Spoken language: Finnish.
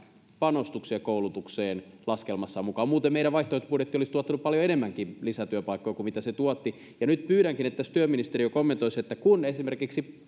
panostuksia koulutukseen laskelmassaan mukaan muuten meidän vaihtoehtobudjettimme olisi tuottanut paljon enemmänkin lisätyöpaikkoja kuin mitä se tuotti ja nyt pyydänkin että työministeriö kommentoisi sitä mitä esimerkiksi